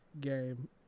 game